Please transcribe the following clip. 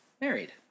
married